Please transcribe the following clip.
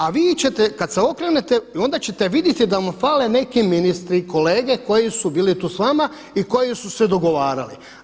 A vi ćete kad se okrenete, onda ćete vidjeti da mu fale neki ministri, kolege koji su bili tu sa vama i koji su se dogovarali.